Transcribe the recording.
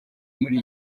muri